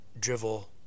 drivel